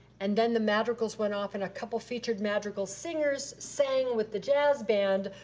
and then the madrigals went off and a couple featured madrigal singers sang with the jazz band,